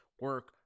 Work